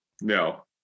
no